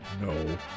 no